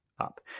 up